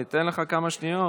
אני אתן לך כמה שניות,